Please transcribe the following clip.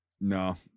No